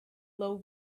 low